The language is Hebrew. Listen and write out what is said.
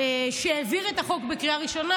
שהעביר את החוק בקריאה הראשונה,